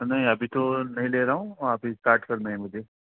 نہیں ابھی تو نہیں لے رہا ہوں آپھی اسٹارٹ کرنے ہیں مجھے